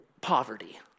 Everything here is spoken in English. poverty